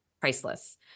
priceless